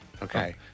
Okay